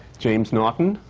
james naughton,